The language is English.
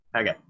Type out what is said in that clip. Okay